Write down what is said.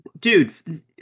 Dude